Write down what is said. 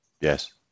Yes